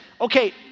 okay